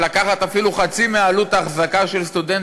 לקחת אפילו חצי מעלות ההחזקה של סטודנט